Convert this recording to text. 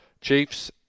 Chiefs